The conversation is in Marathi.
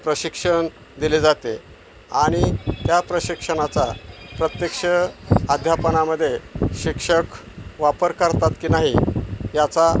प्रशिक्षण दिले जाते आणि त्या प्रशिक्षणाचा प्रत्यक्ष अध्यापनामध्ये शिक्षक वापर करतात की नाही याचा